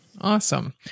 Awesome